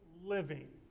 living